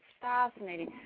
fascinating